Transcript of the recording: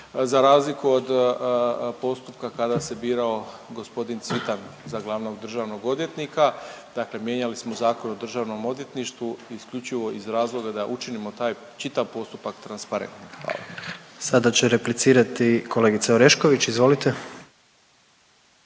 za razliku od postupka kada se birao g. Cvitan za glavnog državnog odvjetnika, dakle mijenjali smo Zakon o državnom odvjetništvu isključivo iz razloga da učinimo taj čitav postupak transparentnim. Hvala. **Jandroković, Gordan